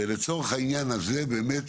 לצורך העניין הזה באמת